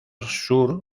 sur